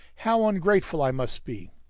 how ungrateful i must be!